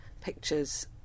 pictures